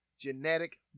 genetic